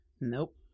Nope